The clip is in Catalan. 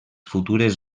futures